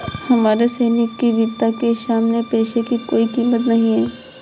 हमारे सैनिक की वीरता के सामने पैसे की कोई कीमत नही है